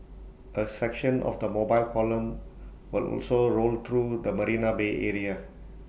A section of the mobile column will also roll through the marina bay area